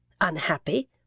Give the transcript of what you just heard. Unhappy